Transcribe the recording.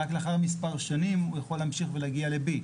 ורק לאחר מספר שנים הוא יכול להמשיך ולהגיע ל-B.